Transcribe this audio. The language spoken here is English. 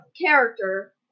character